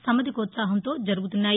నమధికోత్పాహంతో జరుగుతున్నాయి